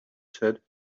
said